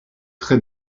très